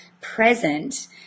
present